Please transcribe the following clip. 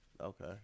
Okay